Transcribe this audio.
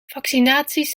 vaccinaties